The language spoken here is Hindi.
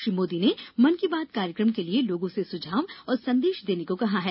श्री मोदी ने मन की बात कार्यक्रम के लिए लोगों से सुझाव और संदेश देने को कहा है